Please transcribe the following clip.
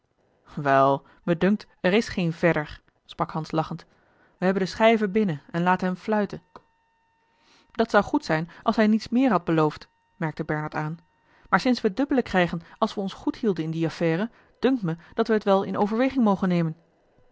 me dunkt er is geen verder sprak hans lachend we hebben de schijven binnen en laten hem fluiten dat zou goed zijn als hij niets meer had beloofd merkte bernard aan maar sinds we het dubbele krijgen als we ons goed hielden in die affaire dunkt me dat wij het wel in overweging mogen nemen